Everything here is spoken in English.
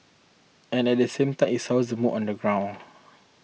and at the same time it sours the mood on the ground